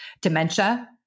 Dementia